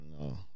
No